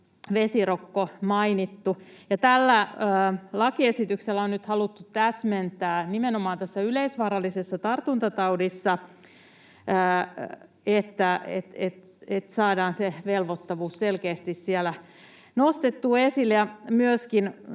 tällä lakiesityksellä on nyt haluttu täsmentää nimenomaan, että tämän yleisvaarallisen tartuntataudin osalta saadaan se velvoittavuus selkeästi siellä nostettua esille